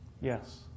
Yes